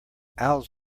owls